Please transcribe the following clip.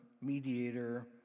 Mediator